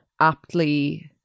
aptly